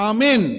Amen